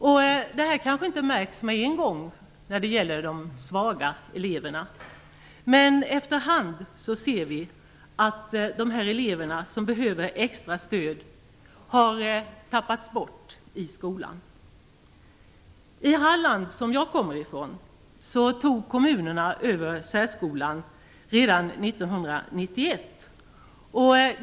Det här märks kanske inte med en gång när det gäller de svaga eleverna, men efter hand ser vi att de elever som behöver extra stöd har tappats bort i skolan. I Halland som jag kommer ifrån tog kommunerna över särskolan redan 1991.